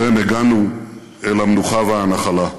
טרם הגענו על המנוחה והנחלה.